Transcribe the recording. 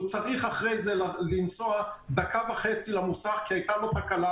הוא צריך אחר כך לנסוע דקה וחצי למוסך כי הייתה לו תקלה,